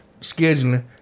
scheduling